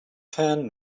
fan